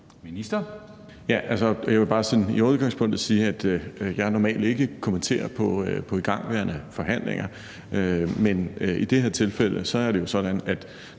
Jeg vil bare sådan i udgangspunktet sige, at jeg normalt ikke kommenterer på igangværende forhandlinger, men i det her tilfælde er det jo sådan, at